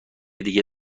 دیگه